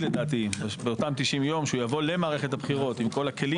לדעתי באותם 90 יום שיבוא למערכת הבחירות עם כל הכלים,